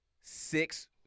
six